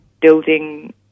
building